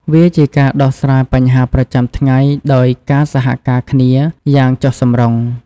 វាជាការដោះស្រាយបញ្ហាប្រចាំថ្ងៃដោយការសហការគ្នាយ៉ាងចុះសម្រុង។